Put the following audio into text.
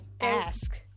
ask